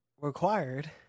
required